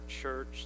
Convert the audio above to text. church